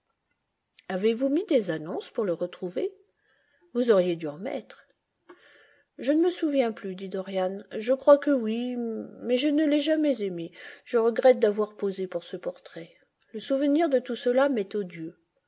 avez-vous mis des annonces pour le retrouver vous auriez dû en mettre je ne me souviens plus dit dorian je crois que oui mais je ne l'ai jamais aimé je regrette d'avoir posé pour ce portrait le souvenir de tout cela m'est odieux